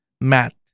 Matt